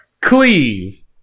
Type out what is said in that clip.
Cleave